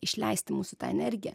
išleisti mūsų tą energiją